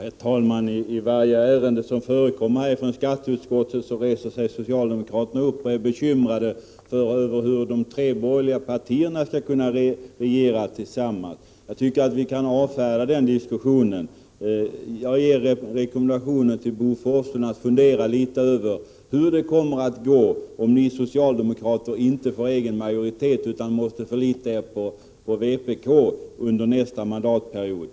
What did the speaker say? Herr talman! I varje ärende som förekommer från skatteutskottet reser sig socialdemokraterna upp och framför bekymmer över hur de tre borgerliga partierna skall kunna regera tillsammans. Jag tycker att vi kan avfärda den diskussionen. Jag rekommenderar Bo Forslund att fundera litet över hur det kommer att gå om ni socialdemokrater inte får egen majoritet utan måste förlita er på vpk under nästa mandatperiod.